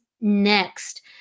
next